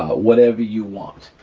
whatever you want.